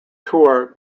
tour